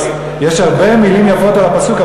יש הרבה מילים יפות על הפסוק,